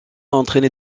entraîné